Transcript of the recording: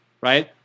right